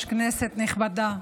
כנסת נכבדה,